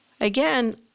Again